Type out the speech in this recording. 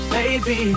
Baby